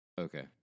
Okay